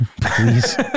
please